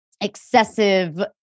excessive